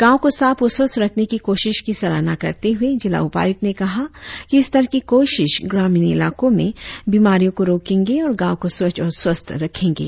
गॉव को साफ व स्वस्थ्य रखने की कोशिश की सराहना करते हुए जिला उपायुक्त ने कहा कि इस तरह की कोशिश ग्रामीण इलाको में बीमारियों को रोकेंगे और गॉव को स्वच्छ और स्वस्थ्य रखेंगे